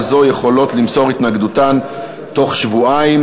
זו יכולות למסור התנגדותן בתוך שבועיים.